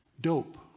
dope